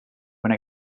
when